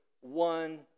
one